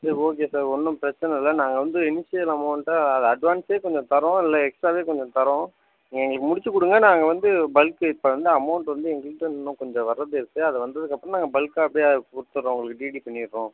சரி okay sir ஒன்றும் பிரச்சனை இல்லை நாங்கள் வந்து இனிஷியல் அமௌண்ட்டாக அதை அட்வான்ஸ்ஸே கொஞ்சம் தரோம் இல்லை எக்ஸ்ட்ராவே கொஞ்சம் தரோம் நீங்கள் எங்களுக்கு முடிச்சி கொடுங்க நாங்கள் வந்து பல்க்கு இப்போ வந்து அமௌண்ட்டு வந்து எங்களுக்கே இன்னும் கொஞ்சம் வரது இருக்கு அது வந்ததுக்கப்புறம் நாங்கள் பல்க்காக அப்டே கொடுத்துர்றோம் உங்களுக்கு டிடி பண்ணிடுறோம்